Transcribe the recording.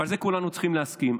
ועל זה כולנו צריכים להסכים.